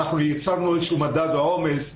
ייצרנו איזשהו מדד לעומס,